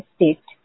State